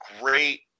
great